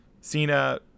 cena